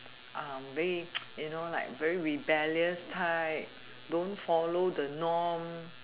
uh very you know like very rebellious type don't follow the norm